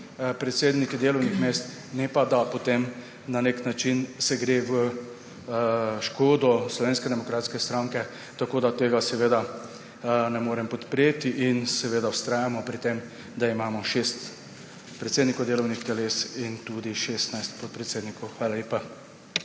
predsedniki delovnih mest, ne pa da se potem na nek način gre v škodo Slovenske demokratske stranke. Tega seveda ne morem podpreti in vztrajamo pri tem, da imamo šest predsednikov delovnih teles in tudi 16 podpredsednikov. Hvala lepa.